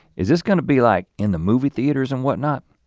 is this gonna be like in the movie theaters and what not?